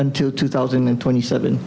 until two thousand and twenty seven